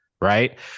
right